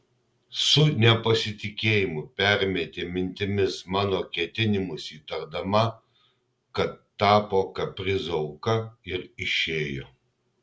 su nepasitikėjimu permetė mintimis mano ketinimus įtardama kad tapo kaprizo auka ir išėjo